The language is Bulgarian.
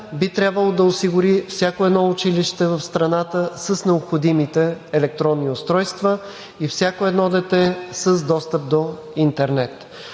би трябвало да осигури всяко едно училище в страната с необходимите електронни устройства и всяко едно дете – с достъп до интернет.